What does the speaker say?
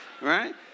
right